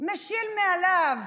משיל מעליו